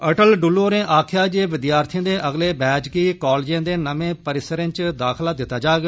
अटल डुल्लु होरें आक्खेआ जे विद्यार्थिएं दे अगले बैच गी कॉलजें दे नमें परिसरें च दाखला दित्ता जाग